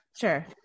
Sure